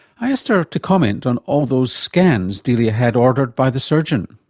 i asked her to comment on all those scans delia had ordered by the surgeon.